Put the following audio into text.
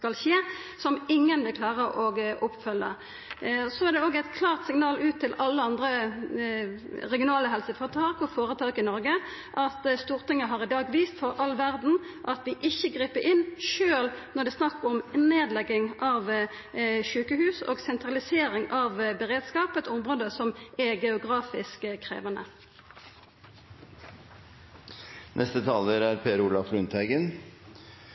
skal skje, som ingen vil klara å oppfylla. Så er det òg eit klart signal ut til alle andre regionale helseføretak og føretak i Noreg at Stortinget i dag har vist for all verda at det ikkje grip inn, sjølv når det er snakk om nedlegging av sjukehus og sentralisering av beredskap – eit område som er geografisk krevjande. Representanten Per Olaf